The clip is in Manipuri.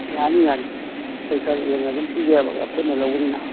ꯌꯥꯅꯤ ꯌꯥꯅꯤ ꯈꯔ ꯌꯦꯡꯅ ꯑꯗꯨꯝ ꯄꯤꯒꯦꯕ ꯄꯨꯟꯅ ꯂꯧꯕꯅꯤꯅ